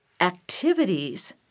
activities